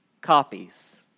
copies